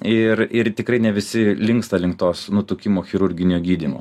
ir ir tikrai ne visi linksta link tos nutukimo chirurginio gydymo